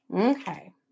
Okay